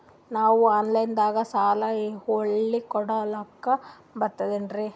ನಾವು ಆನಲೈನದಾಗು ಸಾಲ ಹೊಳ್ಳಿ ಕಟ್ಕೋಲಕ್ಕ ಬರ್ತದ್ರಿ?